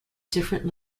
different